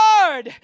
Lord